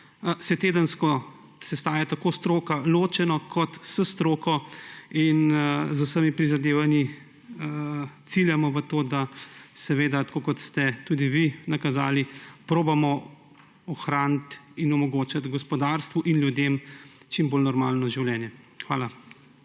se tedensko sestaja stroka ločeno in s stroko in z vsemi prizadevanji ciljamo na to, tako kot ste tudi vi nakazali, da poskusimo ohraniti in omogočiti gospodarstvu in ljudem čim bolj normalno življenje. Hvala.